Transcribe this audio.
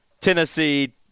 Tennessee